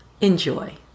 Enjoy